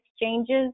exchanges